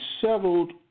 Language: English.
settled